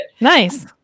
nice